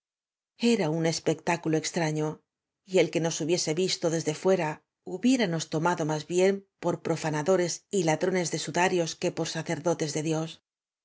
era un espectáculo extraño y el que nos hubiese visto de sde fuera hubiéranos toma do más bien por profanadores y ladrones de su darios que por sacerdotes de dios